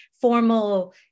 formal